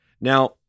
Now